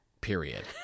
period